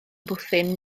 bwthyn